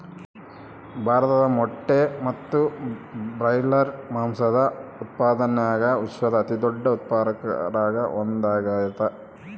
ಭಾರತ ಮೊಟ್ಟೆ ಮತ್ತು ಬ್ರಾಯ್ಲರ್ ಮಾಂಸದ ಉತ್ಪಾದನ್ಯಾಗ ವಿಶ್ವದ ಅತಿದೊಡ್ಡ ಉತ್ಪಾದಕರಾಗ ಒಂದಾಗ್ಯಾದ